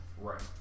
right